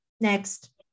next